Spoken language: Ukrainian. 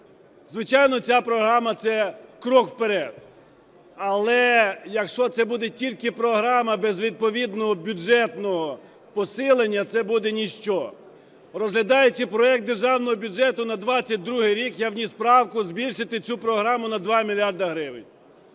Звичайно, ця програма – це крок вперед. Але, якщо це буде тільки програма без відповідного бюджетного посилення, це буде ніщо. Розглядаючи проект Державного бюджету на 22-й рік, я вніс правку збільшити цю програму на 2 мільярди